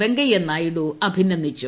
വെങ്കയ്യനായിഡു അഭിനന്ദിച്ചു